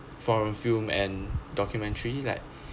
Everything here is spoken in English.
foreign film and documentary like